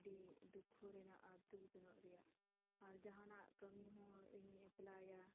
ᱟᱹᱰᱤ ᱫᱩᱠᱷᱚ ᱨᱮᱱᱟᱜ ᱫᱩᱠᱷ ᱛᱤᱱᱟᱹᱜ ᱨᱮᱭᱟᱜ ᱟᱨ ᱡᱟᱦᱟᱱᱟᱜ ᱠᱟᱹᱢᱤ ᱦᱚᱸ ᱤᱧ ᱮᱯᱞᱟᱭᱟ